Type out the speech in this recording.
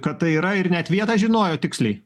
kad tai yra ir net vietą žinojot tiksliai